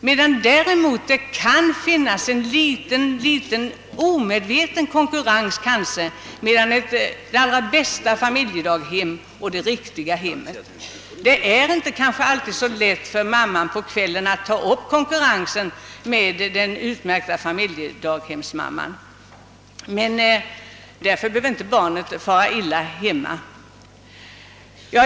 I familjedaghemmet däremot finns det, kanske en omedveten, konkurrens mellan den allra bästa dagmamman och det riktiga hemmet. Det är inte alltid så lätt för mamman, att på kvällen ta upp konkurrensen med den utmärkta familjedaghemsmamman, men därför behöver inte barnet nödvändigtvis fara illa hemma.